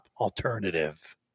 alternative